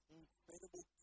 incredible